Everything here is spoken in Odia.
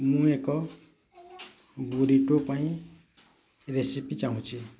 ମୁଁ ଏକ ବୁରିଟୋ ପାଇଁ ରେସିପି ଚାହୁଁଛି